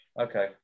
okay